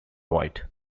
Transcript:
white